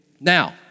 Now